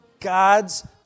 God's